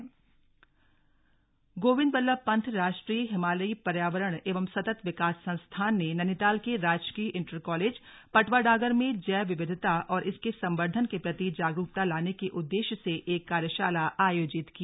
कार्यशाला गोविंद बल्लभ पन्त राष्ट्रीय हिमालयी पर्यावरण एवं सतत विकास संस्थान ने नैनीताल के राजकीय इण्टर कॉलेट पटवाडांगर में जैव विविधता और इसके संर्वधन के प्रति जागरूकता लाने के उद्देश्य से एक कार्यशाला आयोजित की